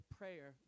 prayer